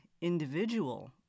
individual